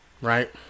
Right